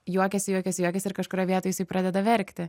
juokiasi juokiasi juokiasi ir kažkurioj vietoj pradeda verkti